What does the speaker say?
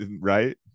Right